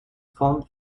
font